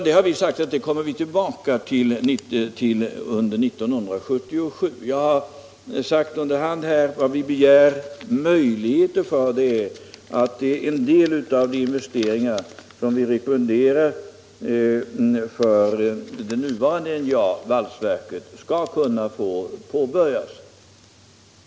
Vi har sagt att vi kommer tillbaka till den frågan under 1977. Jag har under hand sagt att vad vi begär är möjligheter för att en del av de investeringar som vi rekommenderar för det nuvarande valsverket i NJA skall få påbörjas.